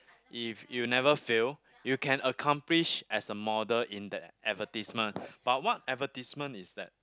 if you never fail you can accomplish as a model in that advertisement but what advertisement is that